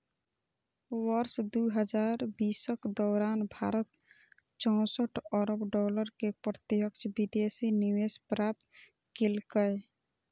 वर्ष दू हजार बीसक दौरान भारत चौंसठ अरब डॉलर के प्रत्यक्ष विदेशी निवेश प्राप्त केलकै